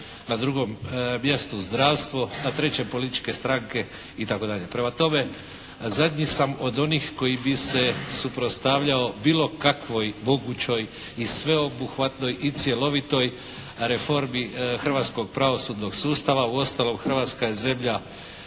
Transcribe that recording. na drugom mjestu zdravstvo, na trećem političke stranke itd. Prema tome, zadnji sam od onih koji bi se suprotstavljao bilo kakvoj mogućoj i sveobuhvatnoj i cjelovitoj reformi hrvatskog pravosudnog sustava. Uostalom, Hrvatska je zemlja